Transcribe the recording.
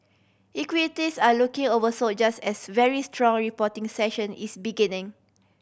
equities are looking oversold just as very strong reporting session is beginning